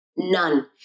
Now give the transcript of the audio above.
None